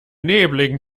nebeligen